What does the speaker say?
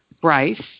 Bryce